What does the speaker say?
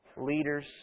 Leaders